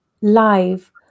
live